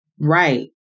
Right